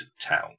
Town